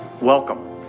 welcome